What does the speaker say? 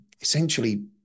essentially